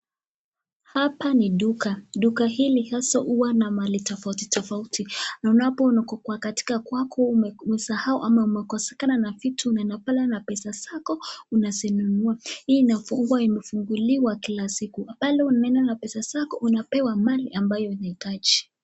Hapa ni duka. Duka hili hasa huwa na mali tofauti tofauti. Na unapoona kwa katika kwako umesahau ama umekosekana na vitu unaenda pale na pesa zako unazinunua. Hii inafungwa imefunguliwa kila siku. pale unaenda na pesa zako unapewa mali ambayo unahitaji.